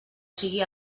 sigui